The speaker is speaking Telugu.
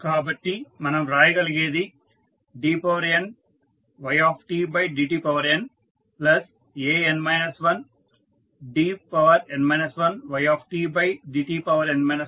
కాబట్టి మనం వ్రాయగలిగేది dny dtnan 1dn 1y dtn 1